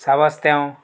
साबास्थ्यांव